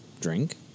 drink